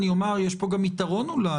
אני אומר: יש פה גם יתרון אולי,